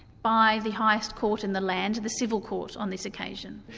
by the highest court in the land, the civil court, on this occasion.